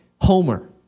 Homer